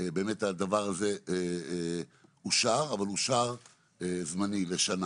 באמת הדבר הזה אושר אבל אושר זמני לשנה